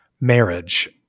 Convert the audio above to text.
marriage